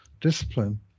discipline